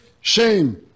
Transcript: shame